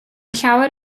llawer